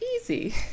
easy